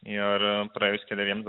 ir praėjus keleriems